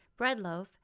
Breadloaf